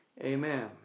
Amen